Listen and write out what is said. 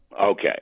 Okay